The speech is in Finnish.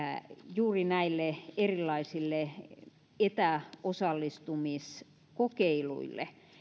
juuri näille erilaisille etäosallistumiskokeiluille